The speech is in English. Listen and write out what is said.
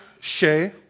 Shay